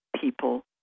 people